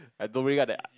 I don't really get that a